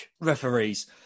referees